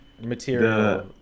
material